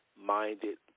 minded